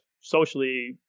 socially